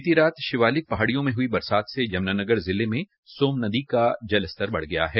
बीती रात शिवालिक पहाड़ियों में हई बरसात से यमुनानगर जिले में सोमनदी का जलस्तर बढ़ गया है